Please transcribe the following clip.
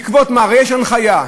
בעקבות מה, יש הנחיה.